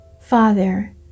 Father